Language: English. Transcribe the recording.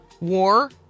war